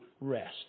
rest